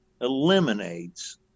eliminates